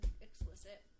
Explicit